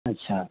अच्छा